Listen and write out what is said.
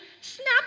Snap